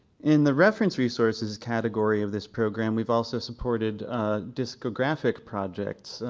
in the reference resources category of this program we've also supported discographic projects,